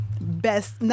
Best